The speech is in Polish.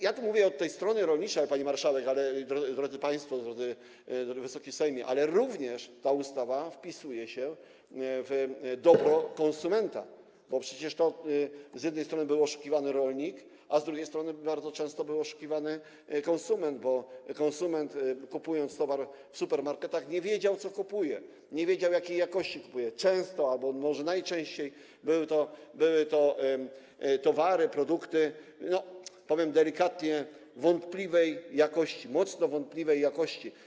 Ja tu mówię od strony rolniczej, pani marszałek, drodzy państwo, Wysoki Sejmie, ale ta ustawa również wpisuje się w dobro konsumenta, bo przecież z jednej strony był oszukiwany rolnik, a z drugiej strony bardzo często był oszukiwany konsument, bo konsument, kupując towar w supermarketach, nie wiedział, co kupuje, nie wiedział, jakiej jakości jest to, co kupuje, często albo może najczęściej były to towary, produkty, powiem delikatnie, wątpliwej jakości, mocno wątpliwej jakości.